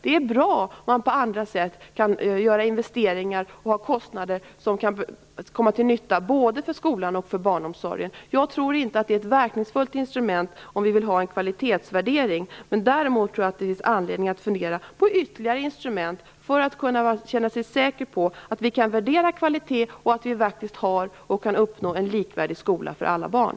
Det är bra om man på andra sätt kan göra investeringar och ha kostnader som kan vara till nytta både för skolan och för barnomsorgen. Jag tror inte att det är ett verkningsfullt instrument om vi vill ha en kvalitetsvärdering, men däremot tror jag att det finns anledning att fundera på ytterligare intstrument för att kunna känna sig säker på att vi kan värdera kvalitet och att vi faktiskt har och kan uppnå en likvärdig skola för alla barn.